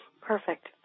Perfect